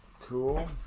Cool